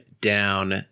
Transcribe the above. down